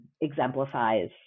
exemplifies